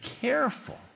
careful